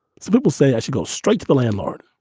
so people say i should go straight to the landlord.